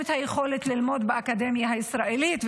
יכולת ללמוד באקדמיה הישראלית,